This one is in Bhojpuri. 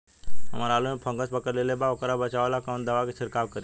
हमरा आलू में फंगस पकड़ लेले बा वोकरा बचाव ला कवन दावा के छिरकाव करी?